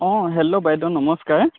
অঁ হেল্ল' বাইদেউ নমস্কাৰ